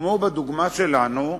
כמו בדוגמה שלנו,